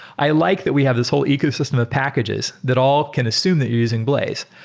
i like that we have this whole ecosystem of packages that all can assume that using blaze.